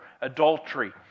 adultery